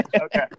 okay